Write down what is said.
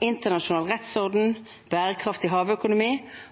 internasjonal rettsorden og bærekraftig havøkonomi